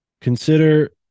Consider